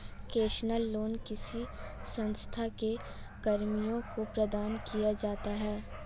concessional loan किसी संस्था के कर्मियों को प्रदान किया जाता है